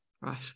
right